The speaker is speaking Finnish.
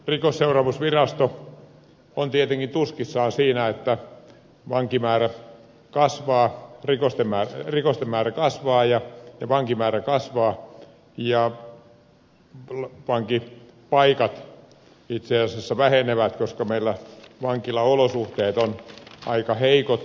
rikosseuraamusvirasto on tietenkin tuskissaan siitä että rikosten määrä kasvaa ja vankimäärä kasvaa ja vankipaikat itse asiassa vähenevät koska meillä vankilaolosuhteet ovat aika heikot